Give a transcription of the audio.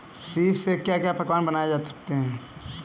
सीप से क्या क्या पकवान बनाए जा सकते हैं?